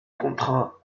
contrat